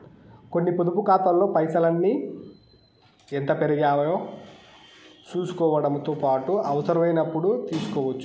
కొన్ని పొదుపు కాతాల్లో పైసల్ని ఎంత పెరిగాయో సూసుకోవడముతో పాటు అవసరమైనపుడు తీస్కోవచ్చు